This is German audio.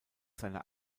seiner